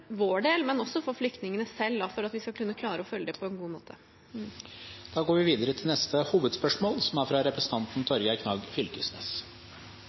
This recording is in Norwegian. vår del og for flyktningene selv, for at vi skal kunne klare å følge dem opp på en god måte. Da går vi videre til neste hovedspørsmål. Det er noko som bekymrar meg djupt for tida, og det er